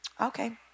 Okay